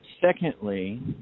Secondly